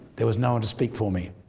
there was no one to speak for me